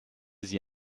sie